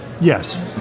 Yes